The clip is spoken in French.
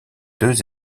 deux